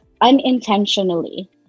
unintentionally